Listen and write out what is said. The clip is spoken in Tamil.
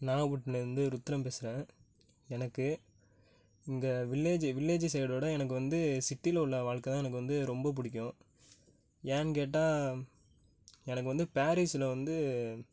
நாகபட்லேந்து ருத்ரன் பேசுறேன் எனக்கு இந்த வில்லேஜி வில்லேஜி சைடோடு எனக்கு வந்து சிட்டியில் உள்ள வாழ்க்கை தான் எனக்கு வந்து ரொம்ப பிடிக்கும் ஏன் கேட்டால் எனக்கு வந்து பேரிஸில் வந்து